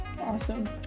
Awesome